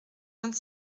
vingt